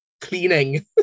cleaning